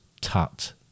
TUT